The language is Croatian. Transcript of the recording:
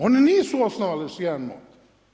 Oni nisu osnovali ni jedan MOD.